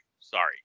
Sorry